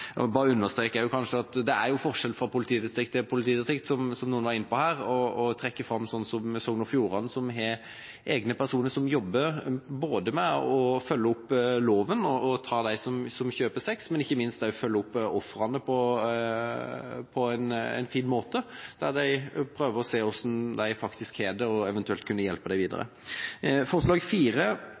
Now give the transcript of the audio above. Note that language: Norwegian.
bare understreke at det er forskjell fra politidistrikt til politidistrikt, som noen var inne på her. Noen trakk fram Sogn og Fjordane, som har egne personer som jobber både med å følge opp loven og å ta dem som kjøper sex. Ikke minst følger de opp ofrene på en fin måte, og de prøver å se hvordan de har det, for eventuelt å kunne hjelpe dem videre. Forslag